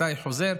מתי חוזר,